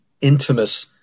intimate